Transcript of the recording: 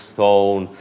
Stone